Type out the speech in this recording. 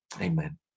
amen